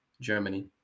Germany